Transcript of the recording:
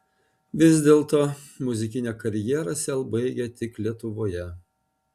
vis dėlto muzikinę karjerą sel baigia tik lietuvoje